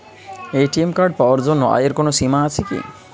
ATM card পাওয়ার জন্য আয়ের কোনো সীমা আছে কি?